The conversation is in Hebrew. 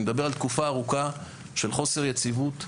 אני מדבר על תקופה ארוכה של חוסר יציבות,